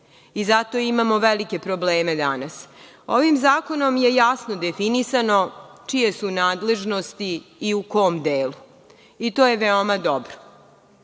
Zato imamo velike probleme danas. Ovim zakonom je jasno definisano čije su nadležnosti i u kom delu i to je veoma dobro.